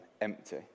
empty